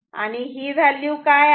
आणि ही व्हॅल्यू काय आहे